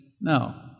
No